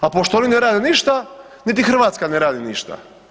A pošto oni ne rade ništa niti Hrvatska ne radi ništa.